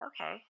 Okay